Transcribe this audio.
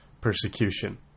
persecution